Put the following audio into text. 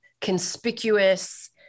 conspicuous